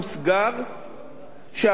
שהפשרה שהושגה היום